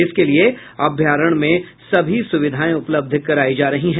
इसके लिए अभ्यारण्य में सभी सुविधाएं उपलब्ध कराई जा रही हैं